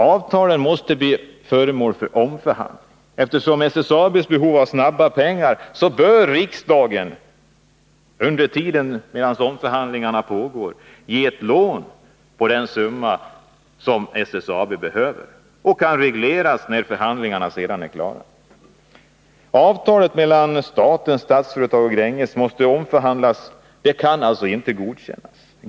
Avtalen måste bli föremål för omförhandling. Eftersom SSAB är i behov av snabba pengar bör riksdagen under den tid som omförhandlingar pågår ge ett lån på den summa SSAB behöver. Det kan sedan regleras när förhandlingarna är klara. Avtalet mellan staten, Statsföretag och Gränges måste omförhandlas och kan alltså inte godkännas.